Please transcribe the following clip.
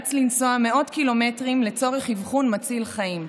שנאלץ לנסוע מאות קילומטרים לצורך אבחון מציל חיים,